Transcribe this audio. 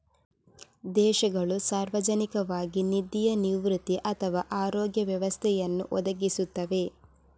ದೇಶಗಳು ಸಾರ್ವಜನಿಕವಾಗಿ ನಿಧಿಯ ನಿವೃತ್ತಿ ಅಥವಾ ಆರೋಗ್ಯ ವ್ಯವಸ್ಥೆಯನ್ನು ಒದಗಿಸುತ್ತವೆ